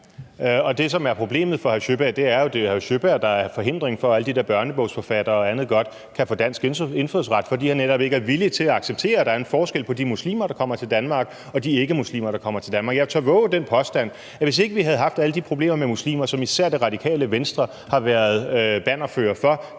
virkelighed, der er. Det, som er problemet for hr. Nils Sjøberg, er jo, at det er hr. Nils Sjøberg, der er forhindringen for, at alle de der børnebogsforfattere og andet godt kan få dansk indfødsret, fordi han netop ikke er villig til at acceptere, at der er en forskel på de muslimer, der kommer til Danmark, og de ikkemuslimer, der kommer til Danmark. Jeg tør vove den påstand, at hvis ikke vi havde haft alle de problemer med muslimer, som især Det Radikale Venstre har været bannerfører for